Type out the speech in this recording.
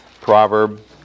Proverb